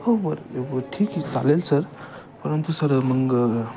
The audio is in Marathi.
हो बर बर ठीक आहे चालेल सर परंतु सर मग